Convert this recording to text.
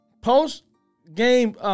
post-game